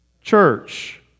church